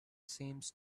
seems